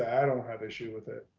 yeah don't have issue with it.